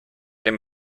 dem